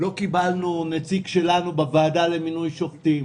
לא קיבלנו נציג שלנו בוועדה למינוי שופטים.